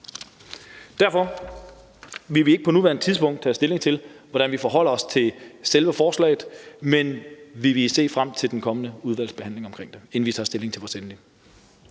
Derfor vil vi ikke på nuværende tidspunkt tage stilling til, hvordan vi forholder os til selve forslaget, men vi vil se frem til den kommende udvalgsbehandling af det og se, hvad der sker der, inden